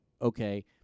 okay